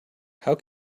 how